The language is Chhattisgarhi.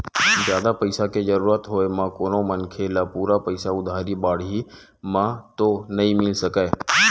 जादा पइसा के जरुरत होय म कोनो मनखे ल पूरा पइसा उधारी बाड़ही म तो नइ मिल सकय